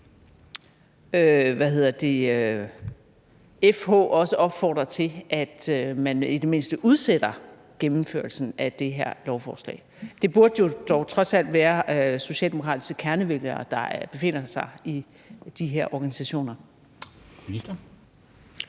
FH også opfordrer til, at man i det mindste udsætter gennemførelsen af det her lovforslag? Det burde jo trods alt være socialdemokratiske kernevælgere, der befinder sig i de her organisationer.